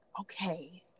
okay